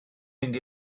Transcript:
mynd